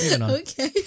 Okay